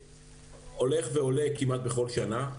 הולך ועולה כמעט בכל שנה.